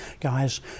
guys